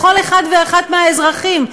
לכל אחד ואחת מהאזרחים.